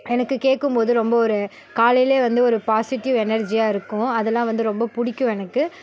எனக்கு கேட்கும் போது ரொம்ப ஒரு காலைலேயே வந்த ஒரு பாசிட்டிவ் எனர்ஜியாக இருக்கும் அதல்லாம் வந்து ரொம்ப பிடிக்கும் எனக்கு